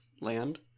land